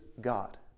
God